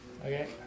Okay